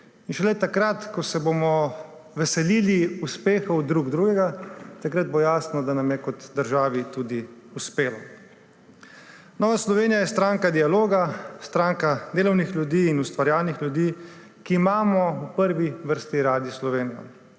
Šele takrat ko se bomo veselili uspehov drug drugega, bo jasno, da nam je kot državi tudi uspelo. Nova Slovenija je stranka dialoga, stranka delovnih ljudi in ustvarjalnih ljudi, ki imamo v prvi vrsti radi Slovenijo.